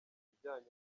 bijyanye